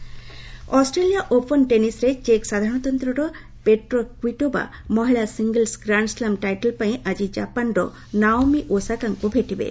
tennis Australia open ଟେନିସ୍ରେ ଚେକ୍ ସାଧାରଣତନ୍ତ୍ର ପେଟ୍ରା କ୍ୱିଟୋବା ମହିଳା ସିଙ୍ଗଲ୍ସ୍ ଗ୍ରାଣ୍ଡ୍ ସ୍ଲାମ୍ ଟାଇଟଲ୍ପାଇଁ ଆକି ଜାପାନ୍ର ନାଓମି ଓସାକାଙ୍କୁ ଭେଟିବେ